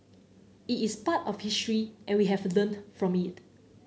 it is part of history and we have learned from it